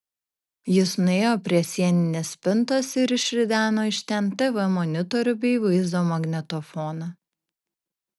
jis nuėjo prie sieninės spintos ir išrideno iš ten tv monitorių bei vaizdo magnetofoną